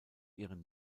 ihren